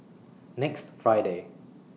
next Friday